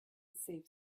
save